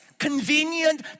convenient